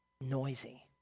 noisy